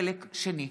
חלק שני.